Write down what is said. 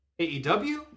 AEW